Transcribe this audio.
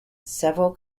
several